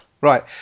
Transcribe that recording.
right